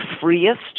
freest